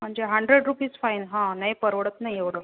म्हणजे hundred rupees fine हा नाही परवडत नाही एवढं